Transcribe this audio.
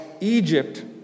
Egypt